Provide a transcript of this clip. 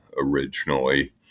originally